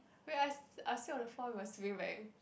wait I s~ I sleep on the floor with my sleeping bag